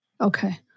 Okay